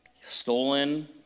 stolen